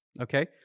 okay